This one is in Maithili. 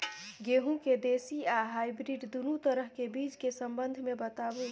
गेहूँ के देसी आ हाइब्रिड दुनू तरह के बीज के संबंध मे बताबू?